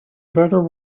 better